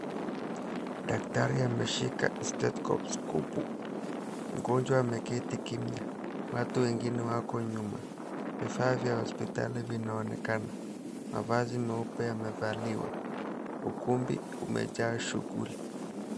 Daktari ameshika stethoscope , mgonjwa ameketi kimya, watu wengine wako nyuma. Vifaa vya hospitali vinaonekana , mavazi meupe yamevaliwa. Ukumbi umejaa shughuli.